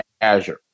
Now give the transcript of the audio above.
Azure